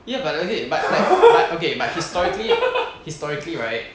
ya but okay but but but okay but historically historically right